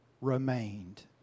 remained